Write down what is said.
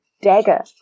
dagger